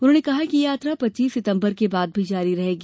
उन्होंने बताया कि यह यात्रा पच्चीस सितम्बर के बाद भी जारी रहेगी